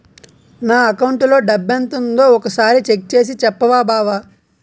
నా అకౌంటులో డబ్బెంతుందో ఒక సారి చెక్ చేసి చెప్పవా బావా